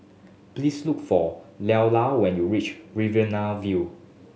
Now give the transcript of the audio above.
please look for Leola when you reach Riverina View